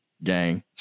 Gang